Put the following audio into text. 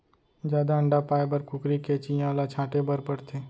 जादा अंडा पाए बर कुकरी के चियां ल छांटे बर परथे